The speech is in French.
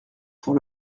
pour